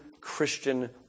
Christian